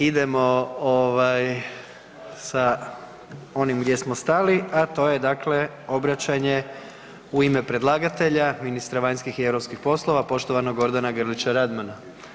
Idemo sa onim gdje smo stali, a to je dakle obraćanje u ime predlagatelja, ministra vanjskih i europskih poslova, poštovanog Gordana Grlića Radmana.